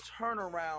turnaround